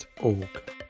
org